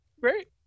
Great